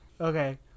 Okay